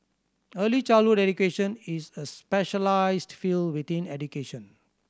early childhood education is a specialised field within education